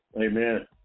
Amen